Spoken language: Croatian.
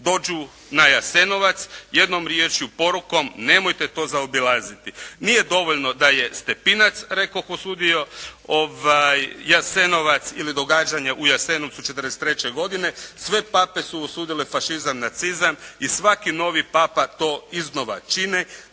dođu na Jasenovac. Jednom riječju porukom: «Nemojte to zaobilaziti.» Nije dovoljno da je Stepinac rekoh osudio Jasenovac ili događanja u Jasenovcu 1943. godine. Sve pape su osudile fašizam, nacizam i svaki novi papa to iznova čine